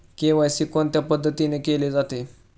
KYC कोणत्या पद्धतीने केले जाते?